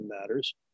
matters